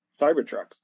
Cybertrucks